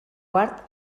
quart